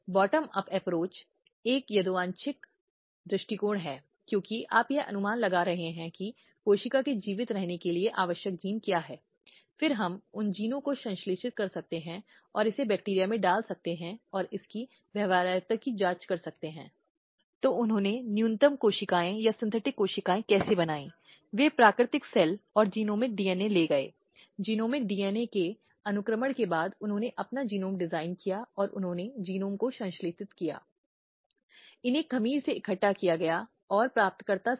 दहेज निषेध अधिनियम 1961 जो दहेज देने या लेने पर रोक लगाता है महिला के अभद्र प्रदर्शन का अधिनियम जो महिलाओं के प्रदर्शन को प्रतिबंधित करता है जैसा कि विज्ञापनों में होता है जैसा कि मीडिया और विभिन्न अन्य स्थानों पर होता है जहां महिलाओं को अश्लील तरीके से दिखाया जाता है